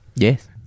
Yes